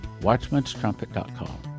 Watchmanstrumpet.com